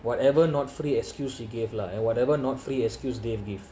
whatever not free excuse you gave lah and whatever not free excuse dave give